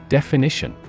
Definition